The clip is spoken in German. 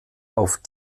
auf